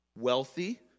Wealthy